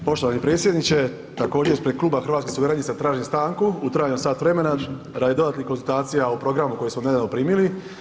Poštovani predsjedniče, također ispred Kluba hrvatskih suverenista tražim stanku u trajanju od sat vremena radi dodatnih konzultacija o programu koji smo nedavno primili.